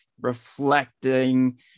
reflecting